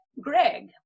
Greg